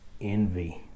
envy